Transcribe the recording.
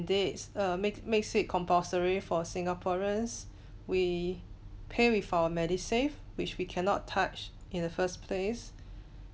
mandates err make makes it compulsory for singaporeans we pay with our medisave which we cannot touch in the first place